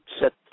set